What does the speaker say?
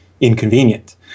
inconvenient